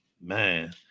Man